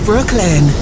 Brooklyn